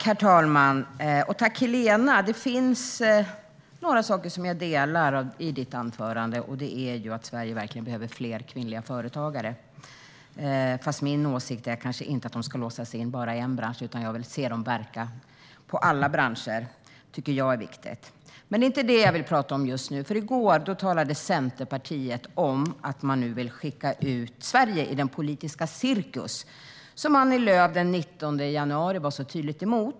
Herr talman! Tack, Helena! Det finns en sak i ditt anförande som jag delar synen på, och det är att Sverige verkligen behöver fler kvinnliga företagare. Min åsikt är dock att de inte ska låsas in bara i en bransch, utan jag vill se dem verka i alla branscher. Det tycker jag är viktigt. Men det är inte det jag vill prata om just nu. I går talade Centerpartiet om att man nu vill skicka in Sverige i den politiska cirkus som Annie Lööf den 19 januari var så tydligt emot.